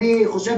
אני חושב